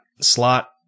slot